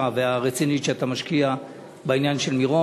והרצינית שאתה משקיע בעניין של מירון.